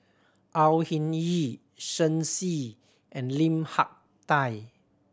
Au Hing Yee Shen Xi and Lim Hak Tai